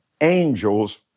angels